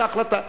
היתה החלטה.